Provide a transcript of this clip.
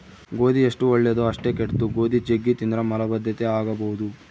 ಗೋಧಿ ಎಷ್ಟು ಒಳ್ಳೆದೊ ಅಷ್ಟೇ ಕೆಟ್ದು, ಗೋಧಿ ಜಗ್ಗಿ ತಿಂದ್ರ ಮಲಬದ್ಧತೆ ಆಗಬೊದು